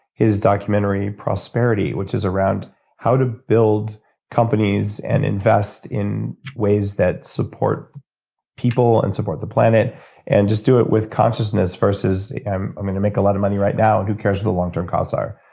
his documentary, prosperity, which is around how to build companies and invest in ways that support people and support the planet and just do it with consciousness versus, i'm i'm going to make a lot of money right now and who cares what the long term costs are?